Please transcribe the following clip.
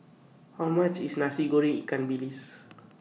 How much IS Nasi Goreng Ikan Bilis